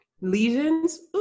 lesions